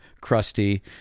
crusty